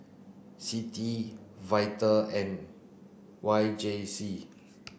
CITI VITAL and Y J C